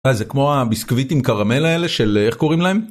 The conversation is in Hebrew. אה זה כמו הביסקוויטים קרמל האלה של איך קוראים להם?